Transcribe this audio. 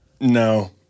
No